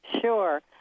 sure